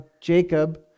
Jacob